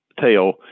tail